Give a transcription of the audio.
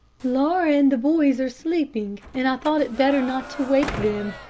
laura and the boys are sleeping, and i thought it better not to wake them.